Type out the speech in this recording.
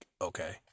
Okay